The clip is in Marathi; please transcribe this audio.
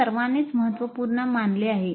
हे सर्वांनीच महत्त्वपूर्ण मानले आहे